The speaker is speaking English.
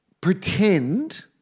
pretend